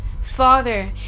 father